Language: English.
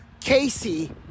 Casey